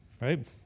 Right